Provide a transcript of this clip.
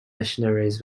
missionaries